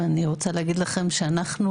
אני רוצה להגיד לכם שאנחנו,